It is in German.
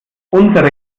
unsere